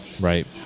Right